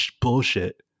bullshit